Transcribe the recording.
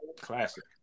classic